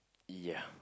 ya